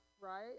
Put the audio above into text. right